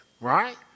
right